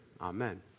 Amen